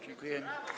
Dziękuję.